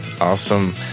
awesome